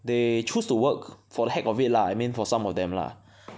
they choose to work for the heck of it lah I mean for some of them lah